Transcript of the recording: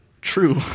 true